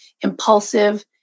impulsive